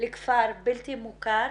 לכפר בלתי מוכר